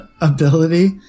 ability